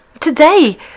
Today